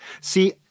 See